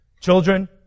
Children